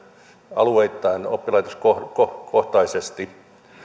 alueittain oppilaitoskohtaisesti